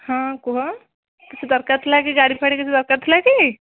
ହଁ କୁହ କିଛି ଦରକାର ଥିଲା କି ଗାଡ଼ିଫାଡ଼ି କିଛି ଦରକାର ଥିଲା କି